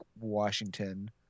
Washington